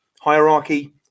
hierarchy